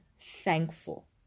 thankful